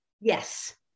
yes